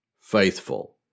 Faithful